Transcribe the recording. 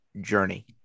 journey